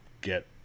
get